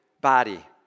body